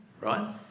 right